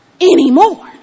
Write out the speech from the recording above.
anymore